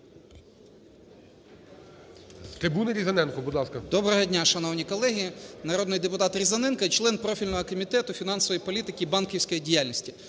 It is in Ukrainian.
Доброго дня, шановні колеги! Народний депутат Різаненко, член профільного Комітету фінансової політики і банківської діяльності.